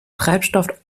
treibstoff